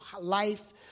life